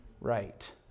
right